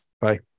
Bye